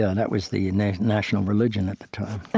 ah and that was the you know national religion at the time